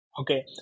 Okay